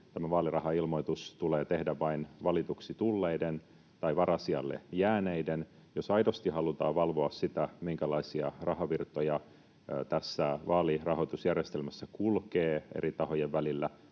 vaalirahailmoitus tulee tehdä vain valituksi tulleiden tai varasijalle jääneiden kohdalla. Jos aidosti halutaan valvoa sitä, minkälaisia rahavirtoja tässä vaalirahoitusjärjestelmässä kulkee eri tahojen välillä,